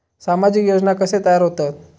सामाजिक योजना कसे तयार होतत?